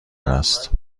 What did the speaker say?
است